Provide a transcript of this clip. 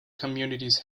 communities